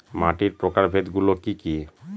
মাটির প্রকারভেদ গুলো কি কী?